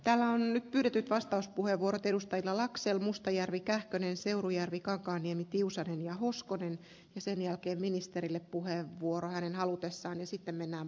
täällä on nyt pyydetty vastauspuhe vuorottelusta jalaksen mustajärvi kähkönen seurujärvi kankaanniemi tiusanen sähköinen lasku kovin sähköisesti kyllä sillä nopeudella ainakaan etene